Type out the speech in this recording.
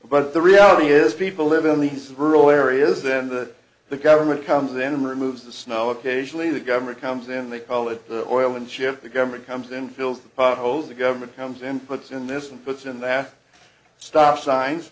but the reality is people live in these rural areas then that the government comes in and removes the snow occasionally the government comes in they call it the oil and ship the government comes in fills the potholes the government comes in puts in this and puts in that stop signs